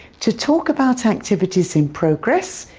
to talk about activities in progress,